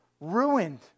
ruined